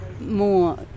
more